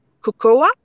cocoa